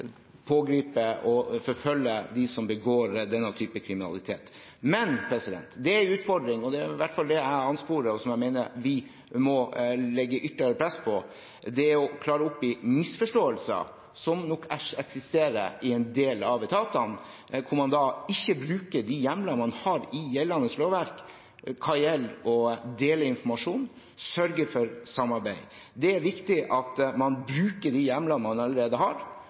pågripe og forfølge dem som begår denne typen kriminalitet. Men det er en utfordring. Det i hvert fall jeg ansporer, og som jeg mener vi må legge ytterligere press på, er å klare opp i misforståelser som nok eksisterer i en del av etatene, hvor man da ikke bruker de hjemlene man har i gjeldende lovverk hva gjelder å dele informasjon, sørge for samarbeid. Det er viktig at man bruker de hjemlene man allerede har,